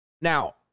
Now